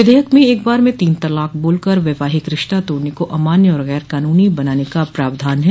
विधेयक में एकबार में तीन तलाक बोलकर वैवाहिक रिश्ता तोड़ने को अमान्य और गैरक़ानूनी बनाने का प्रावधान है